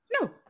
No